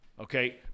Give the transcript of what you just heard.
Okay